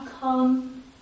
come